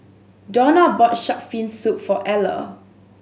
Dawna bought shark fin soup for Eller